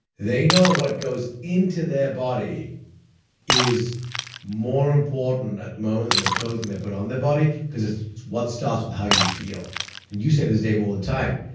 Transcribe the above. they know what goes into their body is more important at the moment than the clothes that and they put on their body because it's what starts with how you feel and you say this, dave, all the time.